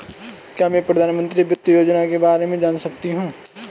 क्या मैं प्रधानमंत्री वित्त योजना के बारे में जान सकती हूँ?